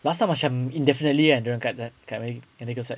last time macam indefinitely kan dia orang kat medical side